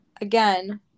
Again